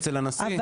אצל הנשיא,